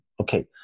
Okay